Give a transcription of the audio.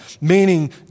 meaning